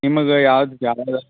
ನಿಮಗೆ ಯಾವ್ದು